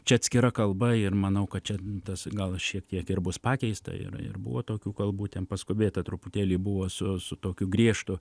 čia atskira kalba ir manau kad čia tas gal šiek tiek ir bus pakeista ir ir buvo tokių kalbų ten paskubėta truputėlį buvo su su tokiu griežtu